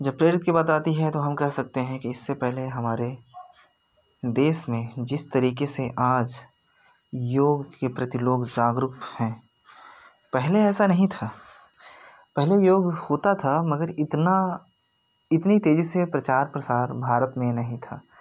जब प्रेरित की बात आती हैं तो हम कह सकते हैं की इससे पहले हमारे देश में जिस तरीके से आज योग के प्रति लोग जागरूक हैं पहले ऐसा नहीं था पहले योग होता था मगर इतना इतनी तेजी से प्रचार प्रसार भारत में नहीं था